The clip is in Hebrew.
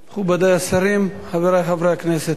מכובדי השרים, חברי חברי הכנסת,